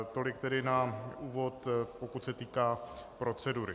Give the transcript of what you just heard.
Tolik tedy na úvod, pokud se týká procedury.